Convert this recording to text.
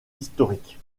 historiques